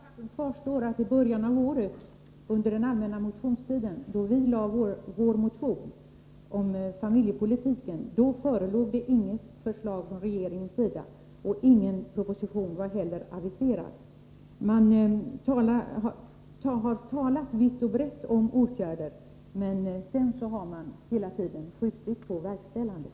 Herr talman! Faktum kvarstår: när vi i början av året, under den allmänna motionstiden, väckte vår motion om familjepolitiken, förelåg det inget förslag från regeringen. Någon proposition var inte heller aviserad. Socialdemokraterna har talat vitt och brett om åtgärder, men hela tiden skjutit på verkställandet.